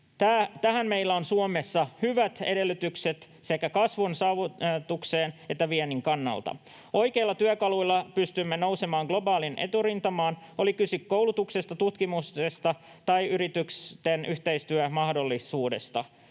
Tähän meillä on Suomessa hyvät edellytykset sekä kasvun saavutuksen että viennin kannalta. Oikeilla työkaluilla pystymme nousemaan globaaliin eturintamaan, oli kyse koulutuksesta, tutkimuksesta tai yritysten yhteistyömahdollisuudesta.